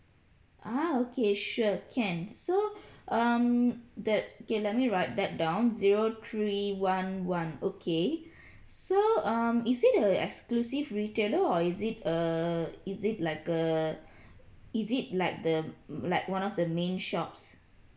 ah okay sure can so um that's okay let me write that down zero three one one okay so um is it a exclusive retailer or is it a is it like a is it like the mm like one of the main shops